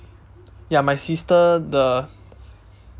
ya my sister the